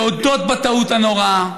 להודות בטעות הנוראה,